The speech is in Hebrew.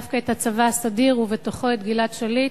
דווקא את הצבא הסדיר, ובתוכו את גלעד שליט,